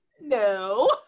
No